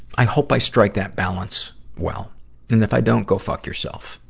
i hope i strike that balance well. and if i don't, go fuck yourself.